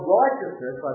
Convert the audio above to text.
righteousness